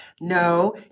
No